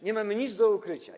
Nie mamy nic do ukrycia.